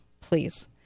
please